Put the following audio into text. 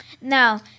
No